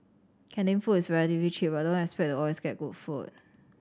canteen food is relatively cheap but don't expect to always get good food